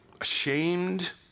ashamed